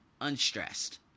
unstressed